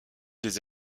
les